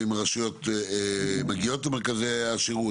האם רשויות מגיעות למרכזי השירות?